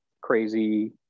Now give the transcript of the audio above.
crazy